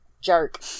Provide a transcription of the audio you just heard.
jerk